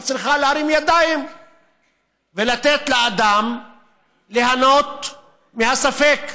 היא צריכה להרים ידיים ולתת לאדם ליהנות מהספק.